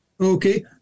Okay